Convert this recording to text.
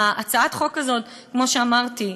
הצעת החוק הזאת, כפי שאמרתי,